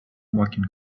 working